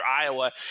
Iowa